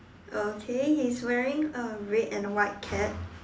okay he is wearing a red and white cap